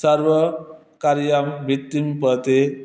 सर्वकार्यं वित्तं पति